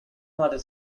hearted